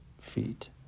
feet